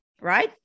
right